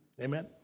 Amen